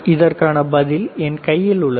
இதற்கான பதில் என் கையில் உள்ளது